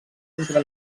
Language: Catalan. entre